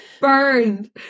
burned